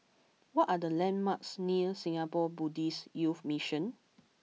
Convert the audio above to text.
what are the landmarks near Singapore Buddhist Youth Mission